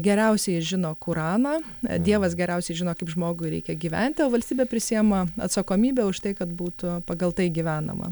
geriausiai žino kuraną dievas geriausiai žino kaip žmogui reikia gyventi o valstybė prisiema atsakomybę už tai kad būtų pagal tai gyvenama